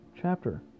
chapter